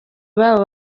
babo